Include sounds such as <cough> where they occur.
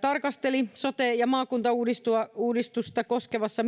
tarkasteli sote ja maakuntauudistusta koskevassa <unintelligible>